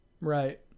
right